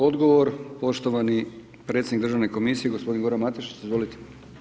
Odgovor poštovani predsjednik Državne komisije g. Goran Matešić, izvolite.